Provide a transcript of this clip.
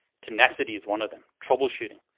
tenacity is one of them. troubleshooting.